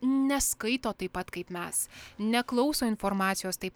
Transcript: neskaito taip pat kaip mes neklauso informacijos taip